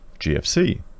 GFC